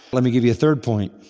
let me give you a third point